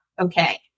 okay